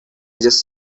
just